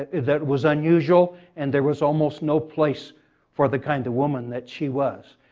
that was unusual, and there was almost no place for the kind of woman that she was.